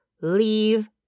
Leave